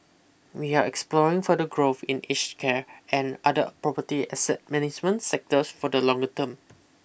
we are exploring further growth in aged care and other property asset management sectors for the longer term